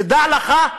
תדע לך,